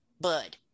bud